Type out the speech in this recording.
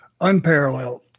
Unparalleled